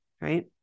right